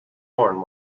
horn